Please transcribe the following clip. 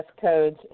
codes